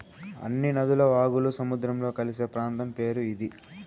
అన్ని నదులు వాగులు సముద్రంలో కలిసే ప్రాంతం పేరు ఇది